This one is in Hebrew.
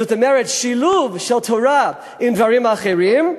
זאת אומרת שילוב של תורה עם דברים אחרים,